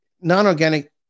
non-organic